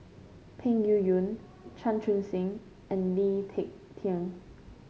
Peng Yuyun Chan Chun Sing and Lee Ek Tieng